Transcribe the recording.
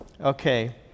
Okay